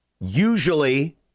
usually